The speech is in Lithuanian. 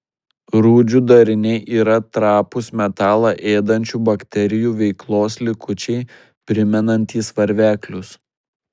rūdžių dariniai yra trapūs metalą ėdančių bakterijų veiklos likučiai primenantys varveklius